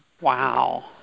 Wow